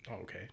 Okay